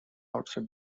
outside